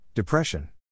Depression